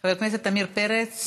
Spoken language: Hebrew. חבר הכנסת עמיר פרץ